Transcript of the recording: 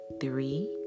Three